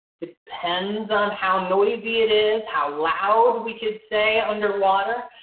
depends on how noisy it is, how loud we can say underwater.